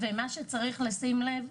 מה שצריך לשים לב,